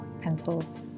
Pencils